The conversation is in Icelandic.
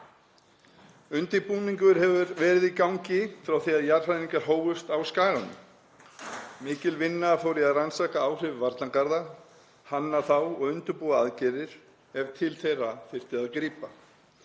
Undirbúningur hefur verið í gangi frá því að jarðhræringar hófust á skaganum. Mikil vinna fór í að rannsaka áhrif varnargarða, hanna þá og undirbúa aðgerðir ef til þeirra þyrfti að grípa.